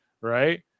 right